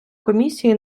комісії